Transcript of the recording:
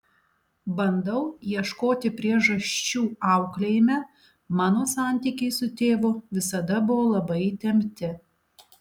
bandau ieškoti priežasčių auklėjime mano santykiai su tėvu visada buvo labai įtempti